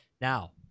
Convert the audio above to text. Now